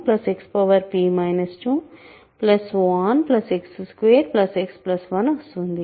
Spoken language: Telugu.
X2X1 వస్తుంది